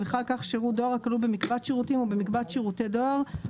ובכלל כך שירות דואר הכלול במקבץ שירותים או במקבץ שירותי דואר,